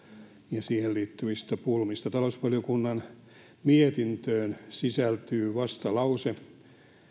ja siihen liittyvistä pulmista talousvaliokunnan mietintöön sisältyy vastalause